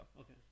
okay